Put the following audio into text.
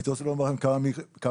הייתי רוצה לומר כמה מילים,